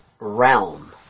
realm